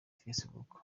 facebook